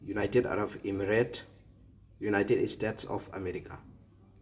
united Arab Emirates United States of America